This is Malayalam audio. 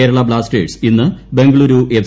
കേരള ബ്ലാസ്റ്റേഴ്സ് ഇന്ന് ബംഗളുരു എഫ്